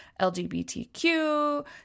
LGBTQ